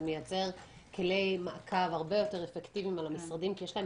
זה מייצר כלי מעקב הרבה יותר אפקטיביים על המשרדים כי יש להם